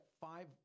five